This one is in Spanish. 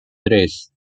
tres